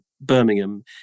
Birmingham